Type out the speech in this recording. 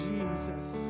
Jesus